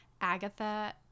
Agatha